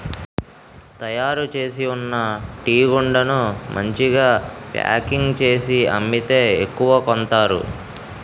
తయారుచేసి ఉన్న టీగుండను మంచిగా ప్యాకింగ్ చేసి అమ్మితే ఎక్కువ కొంతారు